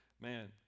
man